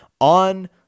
on